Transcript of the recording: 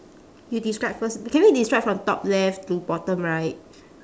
you describe first b~ can we describe from top left to bottom right